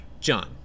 John